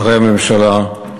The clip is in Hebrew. שרי הממשלה,